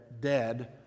dead